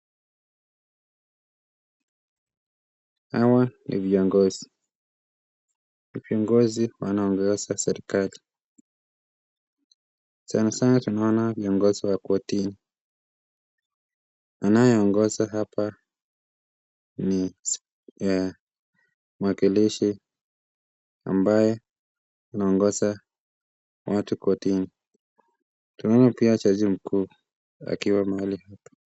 Hawa ni viongozi, viongozi wanaogoza serikali. Sanasana tunaona viongozi wa kortini. Anaye ongoza hapa ni mwakilishi ambaye anaongoza watu kortini. Tunaona pia jaji mkuu akiwa mahali.